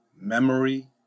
memory